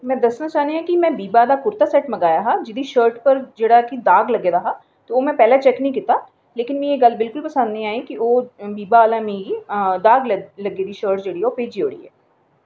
में दस्सना चाह्न्नी में बिबा दा कुर्ता सैट्ट मंगाया हा जेह्दी शर्ट पर दाग लगे दा हा ते ओह् में पैह्लें चैक्क निं कीता लेकिन मिगी एह् गल्ल बिल्कुल पसंद निं आई कि ओह् बिबा आह्लें मिगी दाग लगी दी शर्ट भेजी ओड़ी